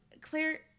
Claire